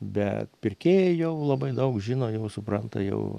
bet pirkėjai jau labai daug žino jau supranta jau